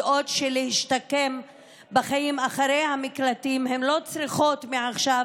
יודעות שכדי להשתקם בחיים אחרי המקלטים הן לא צריכות מעכשיו